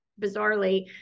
bizarrely